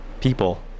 people